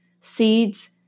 seeds